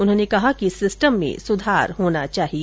उन्होंने कहा कि सिस्टम में सुधार होना चाहिए